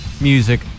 music